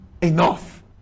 enough